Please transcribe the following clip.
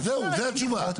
אז זהו, זו התשובה.